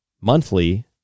monthly